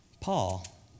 Paul